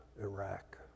Iraq